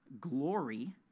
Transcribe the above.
glory